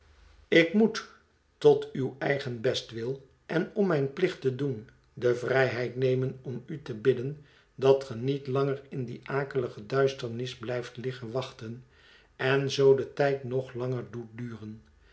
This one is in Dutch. ik moet tot uw eigen bestwil en om mijn plicht te doen de vrijheid nemen om u te bidden dat ge niet langer in die akelige duisternis blijft liggen wachten en zoo den tijd nog langer doet duren